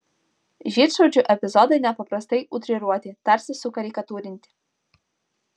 žydšaudžių epizodai nepaprastai utriruoti tarsi sukarikatūrinti